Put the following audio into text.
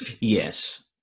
yes